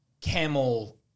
camel